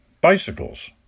bicycles